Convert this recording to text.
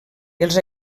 els